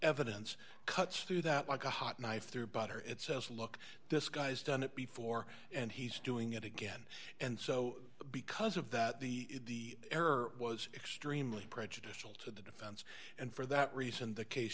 evidence cuts through that like a hot knife through butter it says look this guy's done it before and he's doing it again and so because of that the error was extremely prejudicial to the defense and for that reason the case